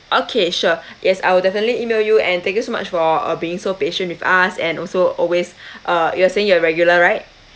okay sure yes I will definitely email you and thank you so much for uh being so patient with us and also always uh you are saying you are regular right